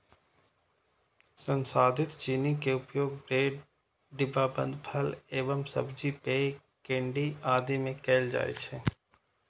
संसाधित चीनी के उपयोग ब्रेड, डिब्बाबंद फल एवं सब्जी, पेय, केंडी आदि मे कैल जाइ छै